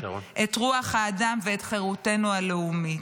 את רוח האדם ואת חירותנו הלאומית.